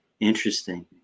Interesting